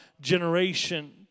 generation